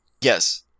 Yes